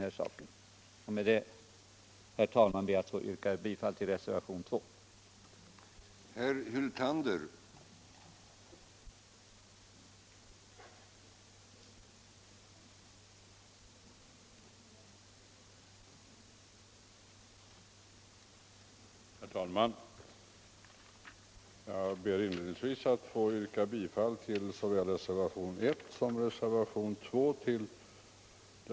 — måner till hemma Med detta, herr talman, ber jag att få yrka bifall till reservationen makar m.fl. 2.